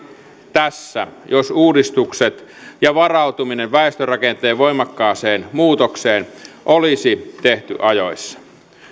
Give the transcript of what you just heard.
tässä jos uudistukset ja varautuminen väestörakenteen voimakkaaseen muutokseen olisi tehty ajoissa